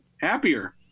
happier